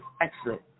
excellent